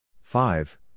Five